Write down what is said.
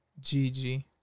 gg